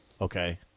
okay